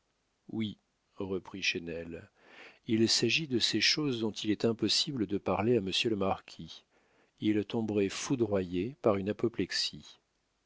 oui reprit chesnel il s'agit de ces choses dont il est impossible de parler à monsieur le marquis il tomberait foudroyé par une apoplexie